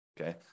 Okay